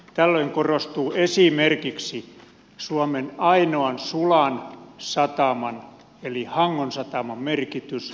tällöin korostuu esimerkiksi suomen ainoan sulan sataman eli hangon sataman merkitys